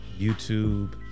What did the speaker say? YouTube